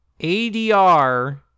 ADR